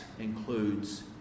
includes